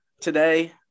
today